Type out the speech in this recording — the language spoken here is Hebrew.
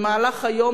במהלך היום,